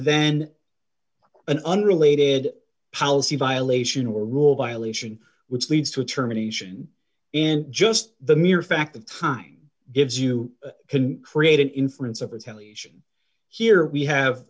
then an unrelated policy violation or rule violation which leads to terminations and just the mere fact of time gives you can create an inference of retaliation here we have